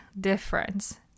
difference